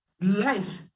life